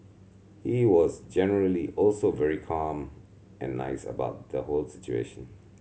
he was generally also very calm and nice about the whole situation